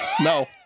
No